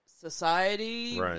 society